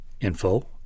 info